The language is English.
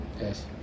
yes